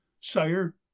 sire